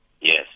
Yes